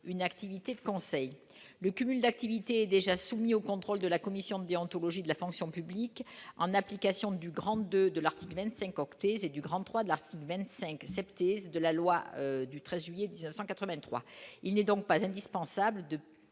activité de conseil le cumul d'activité déjà soumis au contrôle de la commission d'déontologie de la fonction publique, en application du grand 2 de l'article 25 oct et c'est du grand 3 de l'article 25 cepté de la loi du 13 juillet 1983 il n'est donc pas indispensable de